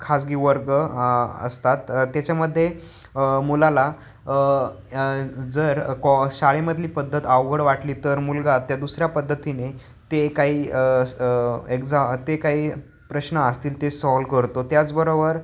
खाजगी वर्ग असतात त्याच्यामध्ये मुलाला जर कॉ शाळेमधली पद्धत अवघड वाटली तर मुलगा त्या दुसऱ्या पद्धतीने ते काही स एक्झा ते काही प्रश्न असतील ते सॉल्व करतो त्याचबरोबर